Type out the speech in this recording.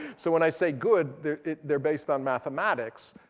so when i say good, they're they're based on mathematics.